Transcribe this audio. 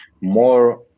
more